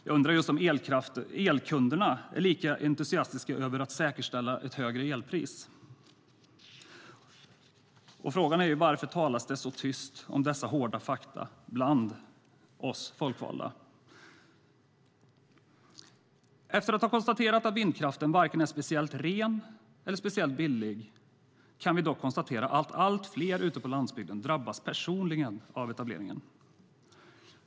Jag undrar just om elkunderna är lika entusiastiska över att säkerställa ett högre elpris. Frågan är varför det talas så tyst om dessa hårda fakta bland oss folkvalda. Efter att ha konstaterat att vindkraften varken är speciellt ren eller speciellt billig kan vi dock konstatera att allt fler ute på landsbygden drabbas personligen av etableringen.